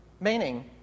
meaning